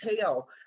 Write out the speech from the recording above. tell